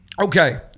okay